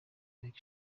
nteko